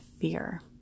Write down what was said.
fear